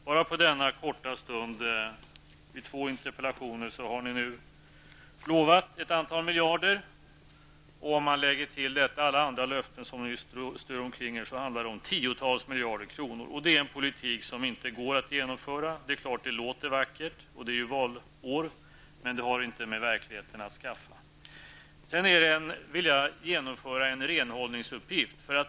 Bara på denna korta stund när två interpellationer diskuteras har ni utlovat ett antal miljarder kronor. Lägger man till det till alla andra löften som ni strör omkring er, handlar det om tiotals miljarder kronor. Det är em politik som inte går att genomföra. Det är klart att det låter vackert, och det är valår. Men det har inte med verkligheten att skaffa. Jag vill införa en renhållningsuppgift.